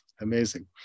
amazing